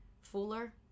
fuller